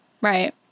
Right